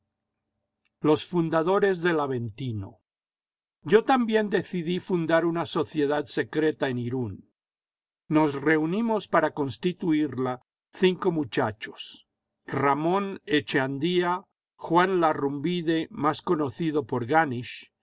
los fundadores del aventino yo también decidí fundar una sociedad secreta en irún'y nos reunimos para constituirla cinco muchachos ramón echeandía juan larrumbide más conocido por ganisch